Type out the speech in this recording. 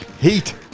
heat